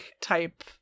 type